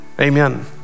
Amen